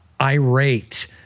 irate